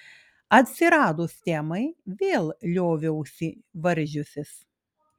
atsiradus temai vėl lioviausi varžiusis